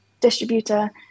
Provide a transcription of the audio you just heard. distributor